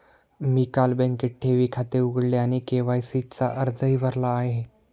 मी काल बँकेत ठेवी खाते उघडले आणि के.वाय.सी चा अर्जही भरला आहे